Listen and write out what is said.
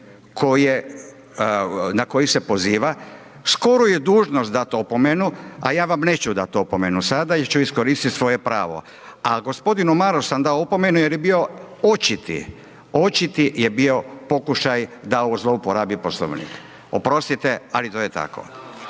na koji se poziva skoro je dužnost dati opomenu a ja vam neću dati opomenu sada jer ću iskoristiti svoje pravo. Ali gospodinu Marasu sam dao opomenu jer je bio očiti, očiti je bio pokušaj da zlouporabi Poslovnik. Oprostite, ali to je tako.